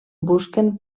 busquen